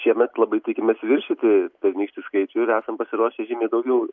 šiemet labai tikimės viršyti pernykštį skaičių ir esam pasiruošę žymiai daugiau